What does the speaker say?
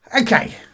Okay